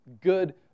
good